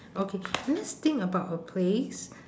okay let's think about a place